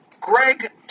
greg